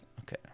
okay